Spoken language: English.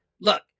Look